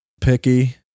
picky